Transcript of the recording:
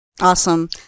Awesome